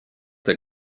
der